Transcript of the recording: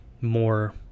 more